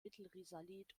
mittelrisalit